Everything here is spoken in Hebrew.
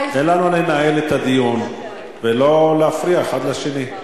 תן לנו לנהל את הדיון ולא להפריע אחד לשני.